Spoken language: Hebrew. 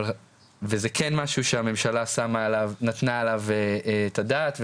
וזה כן משהו שהממשלה נתנה עליו את הדעת,